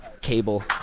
cable